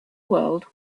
world